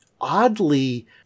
oddly